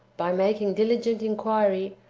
by making diligent inquiry,